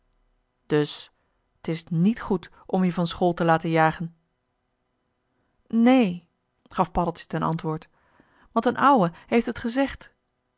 dus t is niet goed om je van school te laten jagen neen gaf paddeltje ten antwoord want d'n ouwe heeft het gezegd